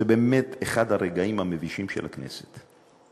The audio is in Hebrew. זה באמת אחד הרגעים המבישים של הכנסת.